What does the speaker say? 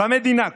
במדינה כולה.